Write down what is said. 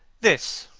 this,